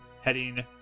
heading